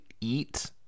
eat